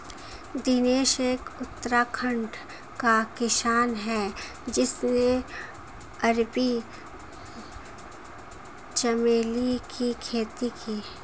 दिनेश एक उत्तराखंड का किसान है जिसने अरबी चमेली की खेती की